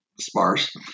sparse